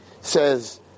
says